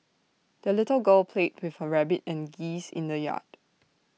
the little girl played with her rabbit and geese in the yard